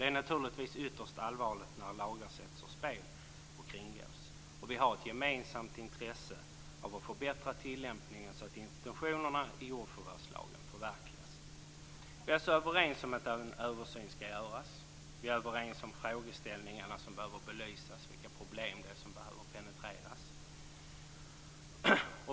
Det är naturligtvis ytterst allvarligt när lagar sätts ur spel och kringgås, och vi har ett gemensamt intresse av att förbättra tillämpningen så att intentionerna i jordförvärvslagen förverkligas. Vi är alltså överens om att en översyn skall göras, och vi är överens om de frågeställningar som behöver belysas och vilka problem det är som behöver penetreras.